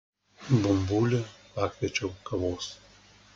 bumbulį pakviečiau kavos